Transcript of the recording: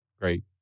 great